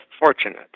fortunate